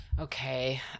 okay